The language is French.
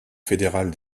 fédérale